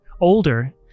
older